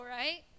right